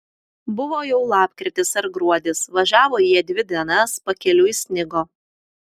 buvo jau lapkritis ar gruodis važiavo jie dvi dienas pakeliui snigo